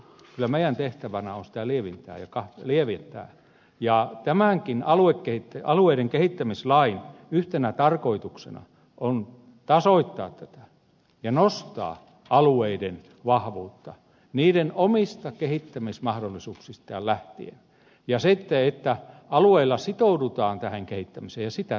kyllä meidän tehtävänämme on sitä lievittää ja tämänkin alueiden kehittämislain yhtenä tarkoituksena on tasoittaa tätä ja nostaa alueiden vahvuutta niiden omista kehittämismahdollisuuksista lähtien ja sitten alueilla sitoutua tähän kehittämiseen ja sitä tukea